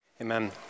Amen